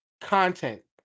content